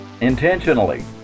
Intentionally